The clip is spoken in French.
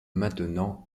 maintenant